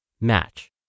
match